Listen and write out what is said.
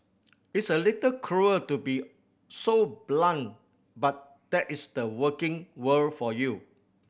it's a little cruel to be so blunt but that is the working world for you